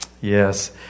Yes